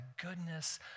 goodness